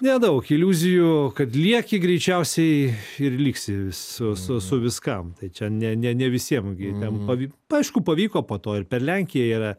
nedaug iliuzijų kad lieki greičiausiai ir liksi su su su viskam tai čia ne ne ne visiem gi ten pavi aišku pavyko po to ir per lenkiją yra